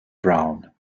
brown